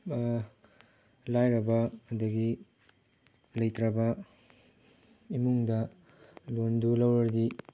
ꯂꯥꯏꯔꯕ ꯑꯗꯒꯤ ꯂꯩꯇ꯭ꯔꯕ ꯏꯃꯨꯡꯗ ꯂꯣꯟꯗꯨ ꯂꯧꯔꯗꯤ